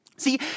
See